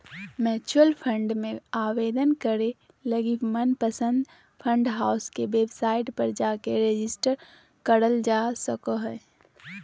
mutual fund मे आवेदन करे लगी मनपसंद फंड हाउस के वेबसाइट पर जाके रेजिस्टर करल जा सको हय